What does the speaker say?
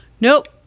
Nope